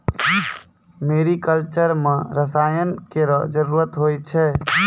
मेरी culture म रसायन केरो जरूरत होय छै